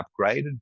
upgraded